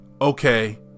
okay